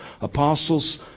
apostles